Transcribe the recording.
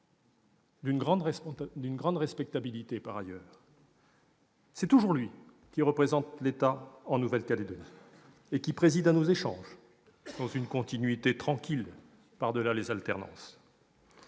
d'une grande respectabilité par ailleurs, qui représente l'État en Nouvelle-Calédonie et qui préside à nos échanges, dans une continuité tranquille, par-delà les alternances.